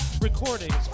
Recordings